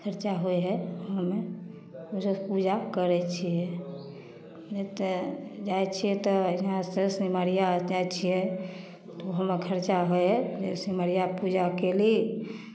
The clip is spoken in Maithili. खर्चा होइ हइ ओहिमे जब पूजा करै छियै एतय जाइ छियै तऽ यहाँसँ सिमरिया जाइ छियै तऽ ओहोमे खर्चा होइ हइ जे सिमरिया पूजा कयली